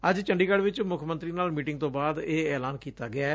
ਅੱਜ ਚੰਡੀਗੜ੍ ਚ ਮੁੱਖ ਮੰਤਰੀ ਨਾਲ ਮੀਟਿੰਗ ਤੋਂ ਬਾਅਦ ਇਹ ਐਲਾਨ ਕੀਤਾ ਗਿਐ